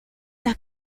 las